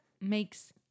makes